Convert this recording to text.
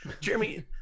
Jeremy